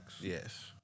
Yes